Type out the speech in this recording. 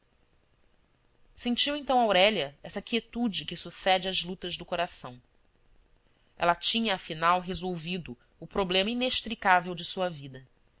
sentiu então aurélia essa quietude que sucede às lutas do coração ela tinha afinal resolvido o problema inextricável de sua vida